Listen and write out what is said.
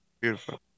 beautiful